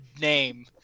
name